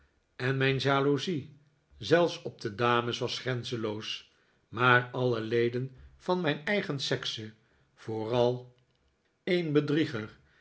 en mijn jaloezie zelfs op de dames was grenzenloos maar alle leden van mijn eigen sekse vooral een bedrieger